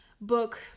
book